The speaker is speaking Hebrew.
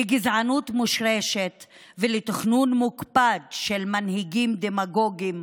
לגזענות מושרשת ולתכנון מוקפד של מנהיגים דמגוגים,